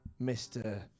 Mr